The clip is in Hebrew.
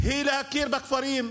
היא להכיר בכפרים.